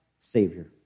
Savior